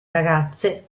ragazze